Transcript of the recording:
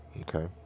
Okay